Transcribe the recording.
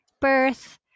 birth